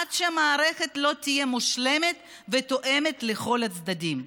עד שהמערכת תהיה מושלמת ומתאימה לכל הצדדים.